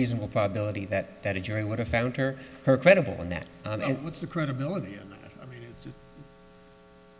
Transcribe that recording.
reasonable probability that that a jury would have found her her credible and that it's a credibility